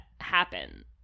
happen